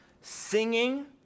singing